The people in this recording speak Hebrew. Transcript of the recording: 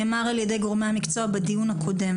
נאמר על ידי גורמי המקצוע בדיון הקודם,